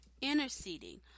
interceding